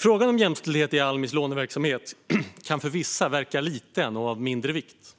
Frågan om jämställdhet i Almis låneverksamhet kan för vissa verka vara liten och av mindre vikt.